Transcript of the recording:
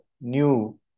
new